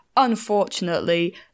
Unfortunately